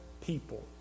people